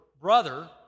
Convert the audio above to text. brother